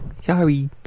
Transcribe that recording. sorry